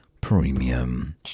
Premium